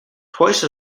twice